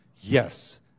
Yes